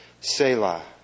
Selah